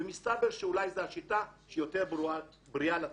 מסתבר שאולי זאת השיטה שהיא יותר בריאה לציבור.